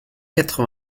quatre